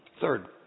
Third